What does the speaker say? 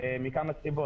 מכמה סיבות.